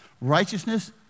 righteousness